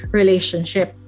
relationship